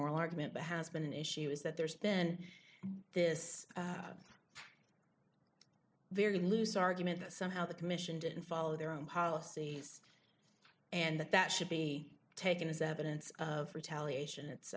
argument but has been an issue is that there's been this very loose argument that somehow the commission didn't follow their own policies and that that should be taken as evidence of retaliation it's